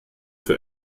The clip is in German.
für